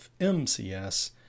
mcs